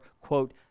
quote